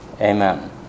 amen